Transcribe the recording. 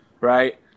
right